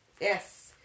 yes